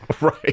Right